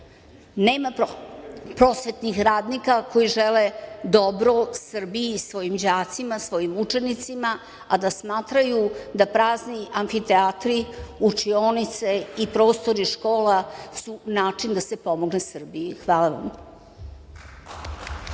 Nema prosvetnih radnika koji žele dobro Srbiji, svojim đacima, svojim učenicima, a da smatraju da su prazni amfiteatri, učionice i prostori škola način da se pomogne Srbiji. Hvala vam.